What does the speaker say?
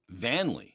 vanley